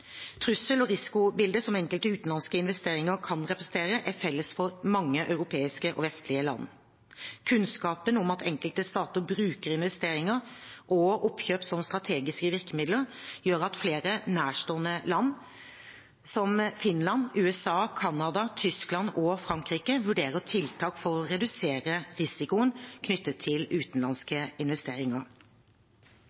Trussel- og risikobildet som enkelte utenlandske investeringer kan representere, er felles for mange europeiske og vestlige land. Kunnskapen om at enkelte stater bruker investeringer og oppkjøp som strategiske virkemidler, gjør at flere nærstående land, som Finland, USA, Canada, Tyskland og Frankrike, vurderer tiltak for å redusere risikoen knyttet til utenlandske